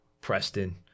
Preston